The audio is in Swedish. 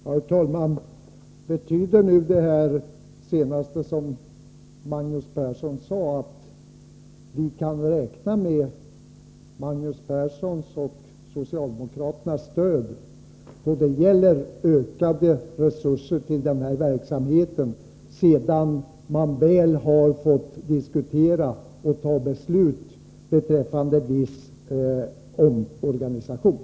Herr talman! Betyder det senaste som Magnus Persson sade att vi kan räkna med Magnus Perssons och socialdemokraternas stöd för ökade resurser till den här verksamheten, sedan man väl har fått diskutera och besluta om viss omorganisation?